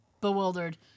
bewildered